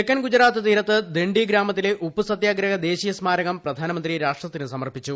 തെക്കൻ ഗുജറാത്ത് തീരത്ത് ദണ്ഡി ഗ്രാമത്തിലെ ഉപ്പുസത്യാഗ്രഹ ദേശീയ സ്മാരകം പ്രധാനമന്ത്രി രാഷ്ട്രത്തിന് സമർപ്പിച്ചു